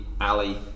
Ali